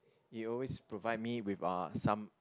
it would always provide me with uh some